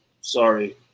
Sorry